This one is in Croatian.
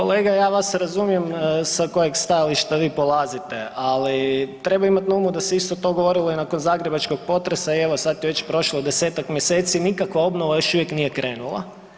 Kolega, ja vas razumijem sa kojeg stajališta vi polazite, ali treba imat na umu da se isto to govorilo i nakon zagrebačkog potresa i evo sad je već prošlo i 10-tak mjeseci nikakva obnova još uvijek nije krenula.